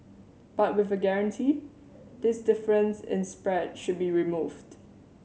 but with a guarantee this difference in spread should be removed